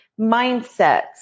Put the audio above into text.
Mindsets